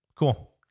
Cool